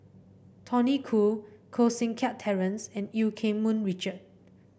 Tony Khoo Koh Seng Kiat Terence and Eu Keng Mun Richard